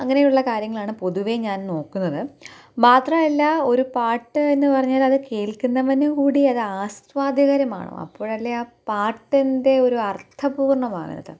അങ്ങനെയുള്ള കാര്യങ്ങളാണ് പൊതുവേ ഞാൻ നോക്കുന്നത് മാത്രമല്ല ഒരു പാട്ടെന്നു പറഞ്ഞാലത് കേൾക്കുന്നവനുകൂടി അതാസ്വാദകരമാണോ അപ്പോഴല്ലേ ആ പാട്ടിന്റെ ഒരർത്ഥ പൂർണമാകണത്